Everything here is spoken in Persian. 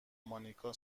مانیکا